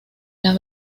las